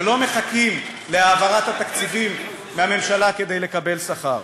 שלא מחכים להעברת התקציבים מהממשלה כדי לקבל שכר.